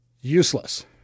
useless